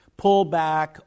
pullback